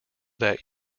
that